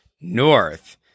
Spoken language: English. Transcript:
North